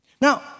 Now